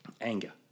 Anger